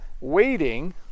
waiting